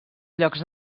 llocs